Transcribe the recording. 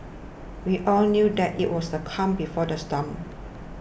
we all knew that it was the calm before the storm